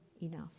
enough